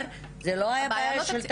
זו לא בעיה של תקציב.